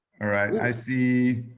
right, i see,